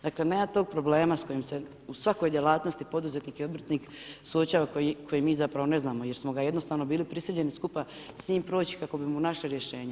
Dakle nema tog problema s kojim se, u svakoj djelatnosti poduzetnik i obrtnik, suočava koji mi zapravo ne znamo jer smo ga jednostavno bili prisiljeni skupa s njim proći kako bi mu našli rješenje.